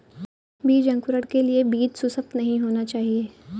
बीज अंकुरण के लिए बीज सुसप्त नहीं होना चाहिए